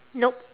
nope